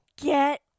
Get